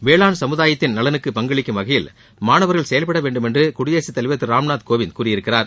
வேளாண் சமுதாயத்தின் நலனுக்கு பங்களிக்கும் வகையில் மாணவர்கள் செயல்படவேண்டும் என்று குடியரசுத் தலைவர் திரு ராம்நாத் கோவிந்த் கூறியிருக்கிறார்